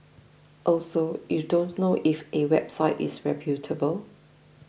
also you don't know if a website is reputable